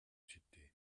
ciddi